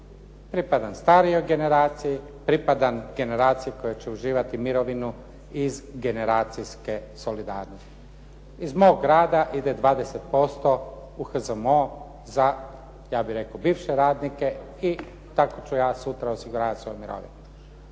Pripadam starijoj generaciji, pripadam generaciji koja će uživati mirovinu iz generacijske solidarnosti. Iz mog rada ide 20% u HZMO za ja bih rekao bivše radnike i tako ću ja sutra osiguravati svoju mirovinu.